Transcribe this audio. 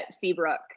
Seabrook